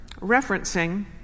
referencing